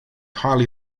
highly